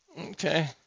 Okay